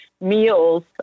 meals